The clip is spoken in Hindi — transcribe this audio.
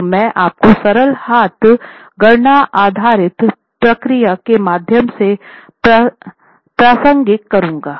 तो मैं आपको सरल हाथ गणना आधारित प्रक्रिया के माध्यम से प्रासंगिक कराऊंगा